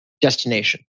destination